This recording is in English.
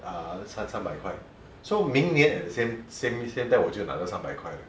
ah 三三白块 so 明年 at the same same 现在我就会拿到三百块